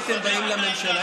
אם הייתם באים לממשלה,